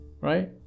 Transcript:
right